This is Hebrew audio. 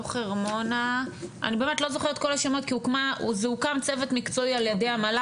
אני באמת לא זוכרת את כל השמות כי הוקם צוות מקצועי על ידי המל"ג,